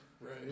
Right